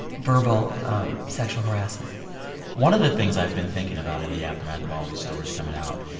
verbal um sexual harassment one of the things i've been thinking about in the aftermath of all these stories coming out,